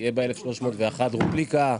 יהיה בה 1301 רובליקה?